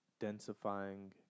densifying